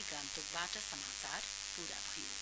निर्णय लिएको छ